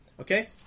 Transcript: Okay